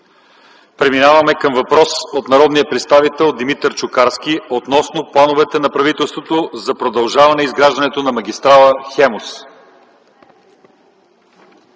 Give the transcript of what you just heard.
Преминаваме към въпрос от народния представител Димитър Чукарски относно плановете на правителството за продължаване изграждането на магистрала „Хемус”.